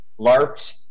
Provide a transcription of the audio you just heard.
LARPed